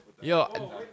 Yo